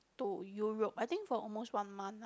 to Europe I think for almost one month ah